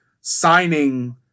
signing